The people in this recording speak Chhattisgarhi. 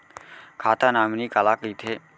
खाता नॉमिनी काला कइथे?